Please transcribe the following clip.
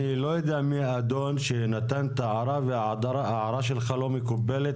אני לא יודע מי האדון שנתן את ההערה וההערה שלך לא מקובלת